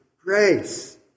grace